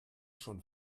schon